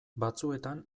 batzuetan